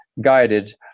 guided